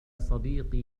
صديقي